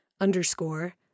underscore